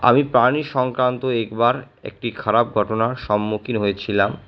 আমি প্রাণী সংক্রান্ত একবার একটি খারাপ ঘটনার সম্মুখীন হয়েছিলাম